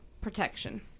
protection